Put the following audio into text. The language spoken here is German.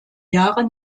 jahre